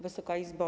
Wysoka Izbo!